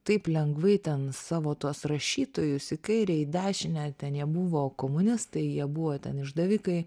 taip lengvai ten savo tuos rašytojus į kairę į dešinę ten jie buvo komunistai jie buvo ten išdavikai